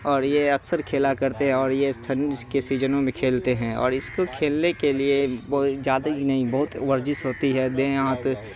اور یہ اکثر کھیلا کرتے ہیں اور یہ ٹھنڈ کے سیجنوں میں بھی کھیلتے ہیں اور اس کو کھیلنے کے لیے زیادہ ہی نہیں بہت ورزش ہوتی ہے دیہہ ہاتھ